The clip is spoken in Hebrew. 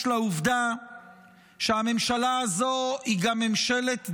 לעובדה שהממשלה הזאת היא גם ממשלת דמים,